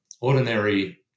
ordinary